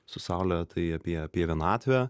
su saule tai apie apie vienatvę